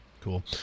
Cool